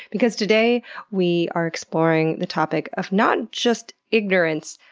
because today we are exploring the topic of not just ignorance,